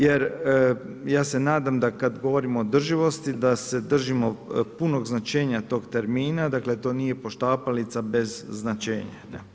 Jer ja se nadam da kada govorimo o održivosti da se držimo punog značenja tog termina, dakle to nije poštapalica bez značenja.